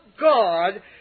God